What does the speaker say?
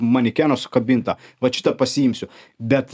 manekeno sukabinta vat šitą pasiimsiu bet